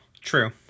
True